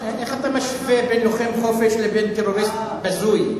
איך אתה משווה בין לוחם חופש לבין טרוריסט בזוי?